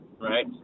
right